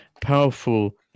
powerful